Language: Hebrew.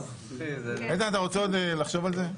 אתה רוצה עוד לחשוב על זה?